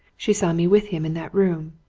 she saw me with him in that room.